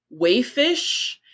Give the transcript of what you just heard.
wayfish